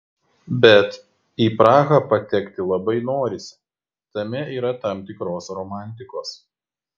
bet į prahą patekti labai norisi tame yra tam tikros romantikos